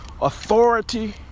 authority